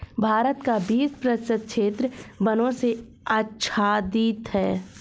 भारत का बीस प्रतिशत क्षेत्र वनों से आच्छादित है